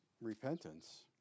repentance